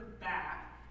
back